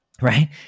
right